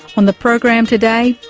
on the program today,